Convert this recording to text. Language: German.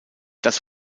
das